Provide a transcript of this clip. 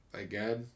again